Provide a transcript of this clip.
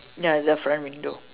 ya the front window